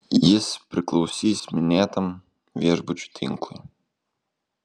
jis priklausys minėtam viešbučių tinklui